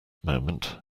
moment